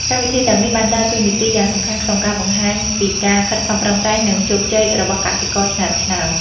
កម្មវិធីទាំងនេះបានដើរតួនាទីយ៉ាងសំខាន់ក្នុងការបង្ហាញពីការខិតខំប្រឹងប្រែង និងជោគជ័យរបស់កសិករឆ្នើមៗ។